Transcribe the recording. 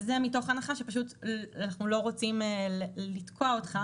וזה מתוך הנחה שאנחנו פשוט לא רוצים לתקוע אותך